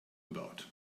about